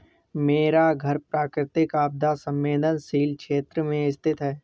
मेरा घर प्राकृतिक आपदा संवेदनशील क्षेत्र में स्थित है